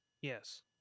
yes